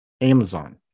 Amazon